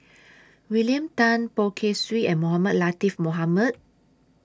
William Tan Poh Kay Swee and Mohamed Latiff Mohamed